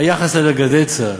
היחס לנגדי צה"ל,